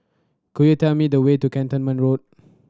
could you tell me the way to Cantonment Road